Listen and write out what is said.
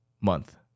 month